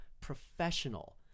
professional